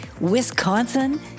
Wisconsin